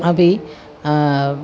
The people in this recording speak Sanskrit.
अपि